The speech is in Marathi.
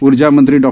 ऊर्जामंत्री डॉ